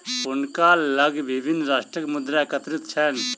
हुनका लग विभिन्न राष्ट्रक मुद्रा एकत्रित छैन